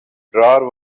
drawer